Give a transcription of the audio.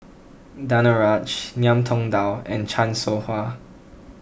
Danaraj Ngiam Tong Dow and Chan Soh Ha